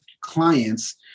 clients